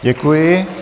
Děkuji.